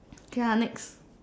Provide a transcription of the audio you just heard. okay ah next